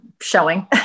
showing